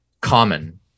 Common